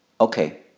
Okay